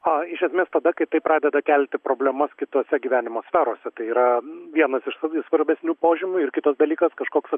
a iš esmės tada kai tai pradeda kelti problemas kitose gyvenimo sferose tai yra vienas iš svarbesnių požymių ir kitas dalykas kažkoks